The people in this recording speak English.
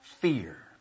fear